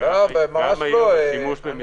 ליבת האמירה שלנו.